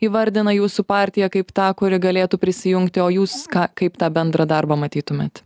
įvardina jūsų partiją kaip tą kuri galėtų prisijungti o jūs ką kaip tą bendrą darbą matytumėt